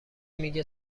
میگه